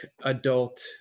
adult